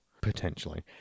Potentially